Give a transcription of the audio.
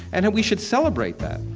and that we should celebrate that